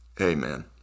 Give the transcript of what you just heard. Amen